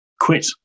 quit